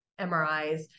MRIs